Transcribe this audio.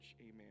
amen